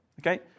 Okay